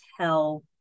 tell